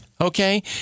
Okay